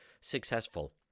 successful